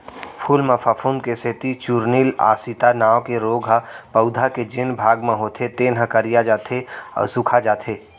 फूल म फफूंद के सेती चूर्निल आसिता नांव के रोग ह पउधा के जेन भाग म होथे तेन ह करिया जाथे अउ सूखाजाथे